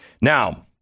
Now